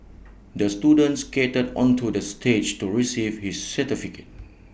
the student skated onto the stage to receive his certificate